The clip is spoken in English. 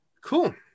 Cool